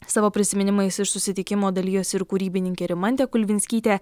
savo prisiminimais iš susitikimo dalijosi ir kūrybininkė rimantė kulvinskytė